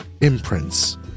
imprints